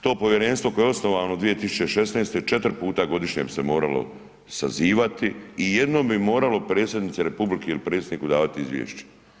To povjerenstvo koje je osnovano 2016., 4 puta godišnje bi se moralo sazivati i jednom bi moralo predsjednici republike ili predsjedniku davati izvješće.